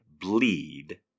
bleed